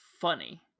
funny